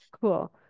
cool